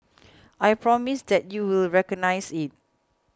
I promise that you will recognise it